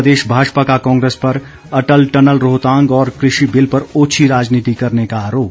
प्रदेश भाजपा का कांग्रेस पर अटल टनल रोहतांग और कृषि बिल पर ओछी राजनीति करने का आरोप